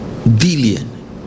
Billion